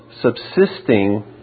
subsisting